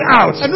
out